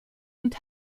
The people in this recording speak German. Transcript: und